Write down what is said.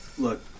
Look